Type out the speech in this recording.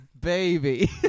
baby